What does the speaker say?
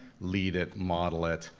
lead it, model it,